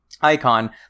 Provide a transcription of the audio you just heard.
icon